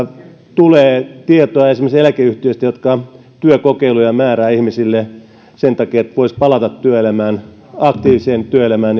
tulee tietoa esimerkiksi eläkeyhtiöistä jotka työkokeiluja määräävät ihmisille sen takia että nämä voisivat palata työelämään aktiiviseen työelämään